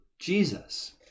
Jesus